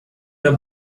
the